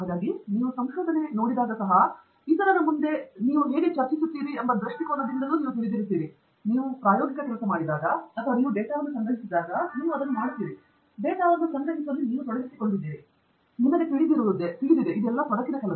ಹಾಗಾಗಿ ನೀವು ಸಂಶೋಧನೆ ನೋಡಿದಾಗ ಸಹ ನೀವು ತಿಳಿದಿರುತ್ತೀರಿ ಮತ್ತು ಇತರರ ಮುಂದೆ ನೀವು ಹೇಗೆ ಚರ್ಚಿಸುತ್ತೀರಿ ಎಂಬ ದೃಷ್ಟಿಕೋನದಿಂದ ನೀವು ಹೇಳಿದಾಗ ನೀವು ಪ್ರಾಯೋಗಿಕ ಕೆಲಸ ಮಾಡುವಾಗ ಮತ್ತು ನೀವು ಡೇಟಾವನ್ನು ಸಂಗ್ರಹಿಸಿದಾಗ ನೀವು ಅದನ್ನು ಮಾಡುತ್ತಿರುವಿರಿ ಚರಂಡಿ ಡೇಟಾವನ್ನು ಸಂಗ್ರಹಿಸುವಲ್ಲಿ ನೀವು ತೊಡಗಿಸಿಕೊಂಡಿದ್ದೀರಿ ನಿಮಗೆ ತಿಳಿದಿರುವ ಎಲ್ಲಾ ಹಾರ್ಡ್ ಕೆಲಸ